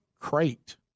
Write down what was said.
crate